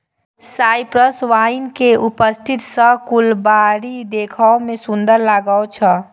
cypress vine के उपस्थिति सं फुलबाड़ी देखै मे सुंदर लागै छै